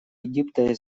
египта